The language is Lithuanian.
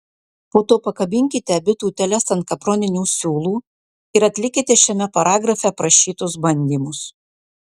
po to pakabinkite abi tūteles ant kaproninių siūlų ir atlikite šiame paragrafe aprašytus bandymus